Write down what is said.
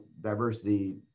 diversity